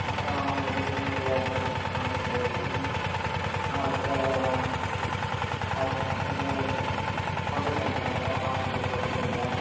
அப்பறம் அவங்களுடைய சிவனடியார்கள் தொண்டு செய்துன்னு அவர்ட்ட அர் இது கொண்டு சென்றவங்களை அவங்களுடைய கொள்கைகளை